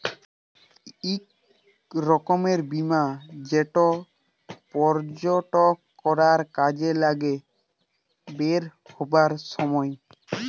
ইক রকমের বীমা যেট পর্যটকরা কাজে লাগায় বেইরহাবার ছময়